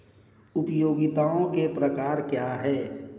उपयोगिताओं के प्रकार क्या हैं?